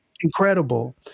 incredible